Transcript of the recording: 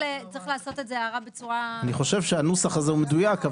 צריך לעשות את ההערה בצורה -- אני חושב שהנוסח הזה הוא מדויק,